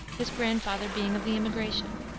his grandfather being of the immigration,